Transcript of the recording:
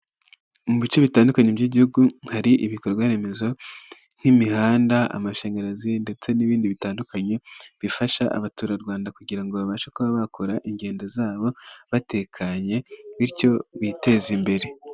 Mu bice bitandukanye by'igihugu; hari ibikorwa remezo nk'imihanda, amashanyarazi ndetse n'ibindi bitandukanye bifasha abaturarwanda kugira ngo babashe kuba bakora ingendo zabo batekanye; bityo biteze imbere.